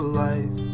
life